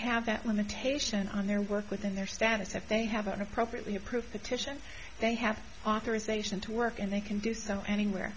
have that limitation on their work within their status if they have an appropriately approved the titian they have authorization to work and they can do so anywhere